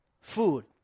food